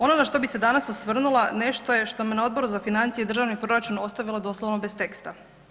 Ono na što bi se danas osvrnula, nešto je što me na Odboru za financije i državni proračun ostavilo doslovno bez teksta.